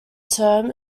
term